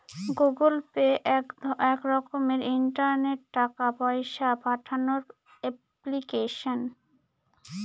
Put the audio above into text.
Google Pay এক রকমের ইন্টারনেটে টাকা পয়সা পাঠানোর এপ্লিকেশন